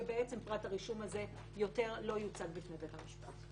ופרט הרישום הזה לא יוצג יותר בפני בית המשפט.